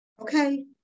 Okay